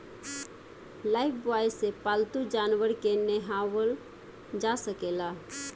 Lifebuoy से पाल्तू जानवर के नेहावल जा सकेला